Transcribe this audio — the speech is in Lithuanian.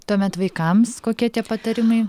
tuomet vaikams kokie tie patarimai